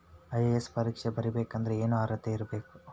IAS ಪರೇಕ್ಷೆ ಬರಿಬೆಕಂದ್ರ ಏನ್ ಅರ್ಹತೆ ಇರ್ಬೇಕ?